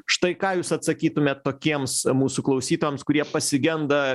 štai ką jūs atsakytumėt tokiems mūsų klausytojams kurie pasigenda